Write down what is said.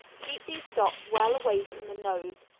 keep these dots well away from the nose,